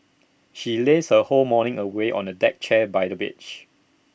she lazed her whole morning away on A deck chair by the beach